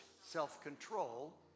self-control